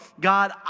God